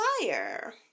fire